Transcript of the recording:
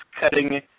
cutting